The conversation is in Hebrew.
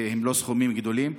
הם לא סכומים גדולים.